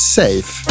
safe